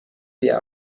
wir